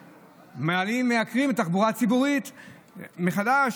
מייקרים את התחבורה הציבורית מחדש,